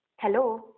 Hello